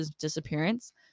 disappearance